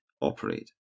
operate